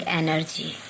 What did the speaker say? energy